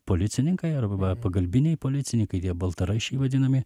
policininkai arba pagalbiniai policininkai tie baltaraiščiai vadinami